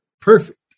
perfect